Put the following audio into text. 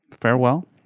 Farewell